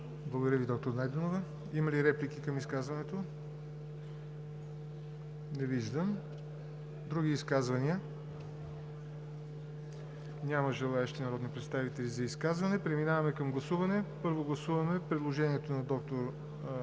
Благодаря Ви, доктор Найденова. Има ли реплики към изказването? Не виждам. Други изказвания? Няма желаещи народни представители за изказване. Преминаваме към гласуване. Първо, гласуваме предложението на доктор Валентина